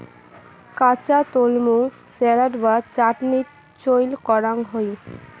কাঁচা তলমু স্যালাড বা চাটনিত চইল করাং হই